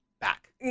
back